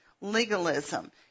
legalism